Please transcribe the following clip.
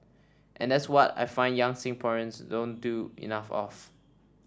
and that's what I find young Singaporeans don't do enough of